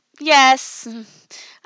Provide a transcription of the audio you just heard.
yes